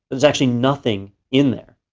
it's actually nothing in there,